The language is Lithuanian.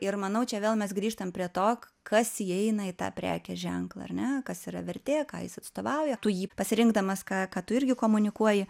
ir manau čia vėl mes grįžtam prie to kas įeina į tą prekės ženklą ar ne kas yra vertė ką jis atstovauja tu jį pasirinkdamas ką ką tu irgi komunikuoji